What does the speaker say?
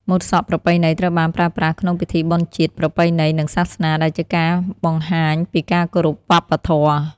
ម៉ូតសក់ប្រពៃណីត្រូវបានប្រើប្រាស់ក្នុងពិធីបុណ្យជាតិ ប្រពៃណី និងសាសនា ដែលជាការបង្ហាញពីការគោរពវប្បធម៌។